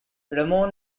ramon